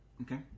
Okay